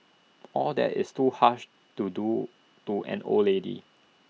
all that is too harsh to do to an old lady